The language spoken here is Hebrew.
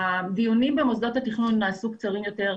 הדיונים במוסדות התכנון נעשו קצרים יותר.